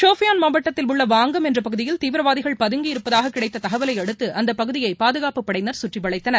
சோஃபியான் மாவட்டத்தில் உள்ளவாங்கம் என்றபகுதியில் தீவிரவாதிகள் பதங்கியிருப்பதாககிடைத்தகவலைஅடுத்து அந்தப் பகுதியைபாதுகாப்பப் படையினர் கற்றிவளைத்தனர்